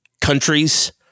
countries